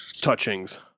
touchings